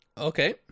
Okay